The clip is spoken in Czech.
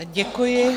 Děkuji.